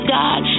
god